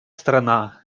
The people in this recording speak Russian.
страна